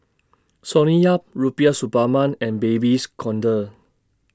Sonny Yap Rubiah Suparman and Babes Conde